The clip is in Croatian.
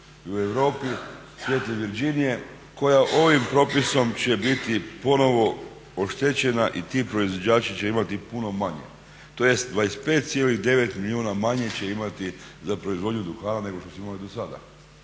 u Europi, cvijet … koja ovim propisom će biti ponovo oštećena i ti proizvođači će imati puno manje tj. 25,9 milijuna manje će imati za proizvodnju duhana nego što su imali do sada